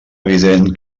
evident